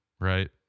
right